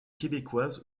québécoises